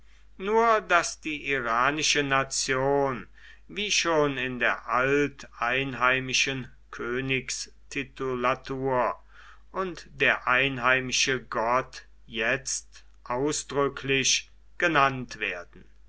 nur daß die iranische nation wie schon in der alteinheimischen königstitulatur und der einheimische gott jetzt ausdrücklich genannt werden